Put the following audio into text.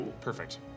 perfect